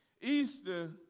Easter